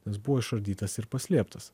nes buvo išardytas ir paslėptas